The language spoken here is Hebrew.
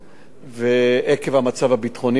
עקב המצב הביטחוני בארץ,